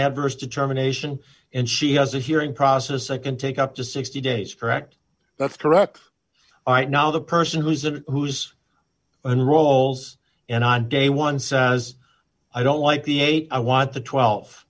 adverse determination and she has a hearing process i can take up to sixty days for ect that's correct i know the person who's a who's unrolls and on day one says i don't like the eight i want the twelve